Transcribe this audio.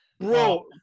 Bro